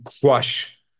crush